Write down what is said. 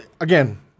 again